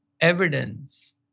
evidence